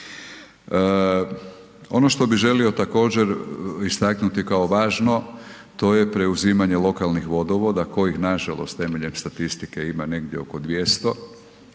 Ono što bih želio također istaknuti kao važno to je preuzimanje lokalnih vodovoda kojih nažalost temeljem statistike ima negdje oko 200,